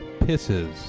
Pisses